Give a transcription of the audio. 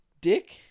dick